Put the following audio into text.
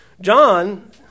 John